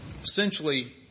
Essentially